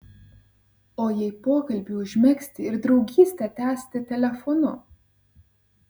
o jei pokalbį užmegzti ir draugystę tęsti telefonu